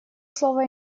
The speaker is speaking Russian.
слово